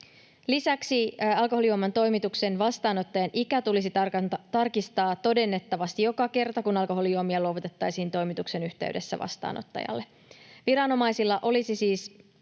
Lisäksi alkoholijuoman toimituksen vastaanottajan ikä tulisi tarkistaa todennettavasti joka kerta, kun alkoholijuomia luovutettaisiin toimituksen yhteydessä vastaanottajalle.